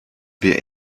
wir